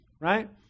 right